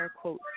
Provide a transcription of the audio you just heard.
quote